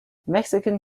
mexican